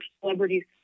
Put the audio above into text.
celebrities